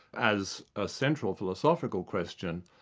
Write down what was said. as a central philosophical question,